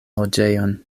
loĝejon